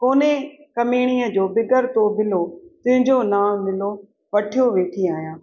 कोन्हे कमीणीअ जो बग़ैरि थो बिलो तुंहिंजो नाव विलो वठियो वेठी आहियां